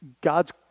God's